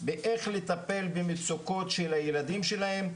איך לטפל במצוקות של הילדים שלהם,